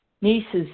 nieces